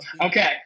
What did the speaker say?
Okay